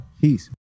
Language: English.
Peace